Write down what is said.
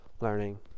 learning